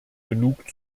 genug